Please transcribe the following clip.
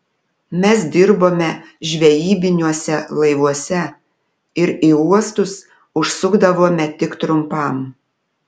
mes dirbome žvejybiniuose laivuose ir į uostus užsukdavome tik trumpam